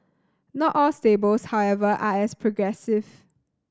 not all stables however are as progressive